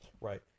right